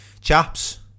Chaps